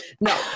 no